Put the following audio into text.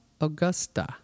Augusta